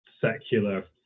secular